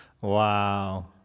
Wow